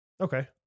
Okay